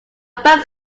bank